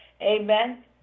Amen